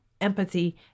empathy